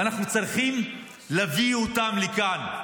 ואנחנו צריכים להביא אותם לכאן.